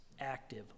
active